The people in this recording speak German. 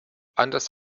anders